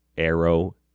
arrow